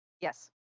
Yes